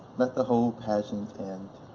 let the whole pageant end.